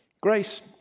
Grace